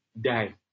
die